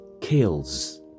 kills